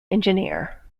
engineer